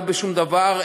לא בשום דבר,